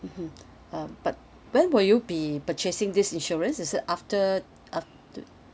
mmhmm um but when will you be purchasing this insurance is it after after